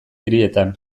hirietan